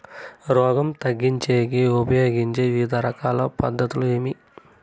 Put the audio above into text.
రోగం తగ్గించేకి ఉపయోగించే వివిధ రకాల పద్ధతులు ఏమి?